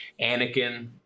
Anakin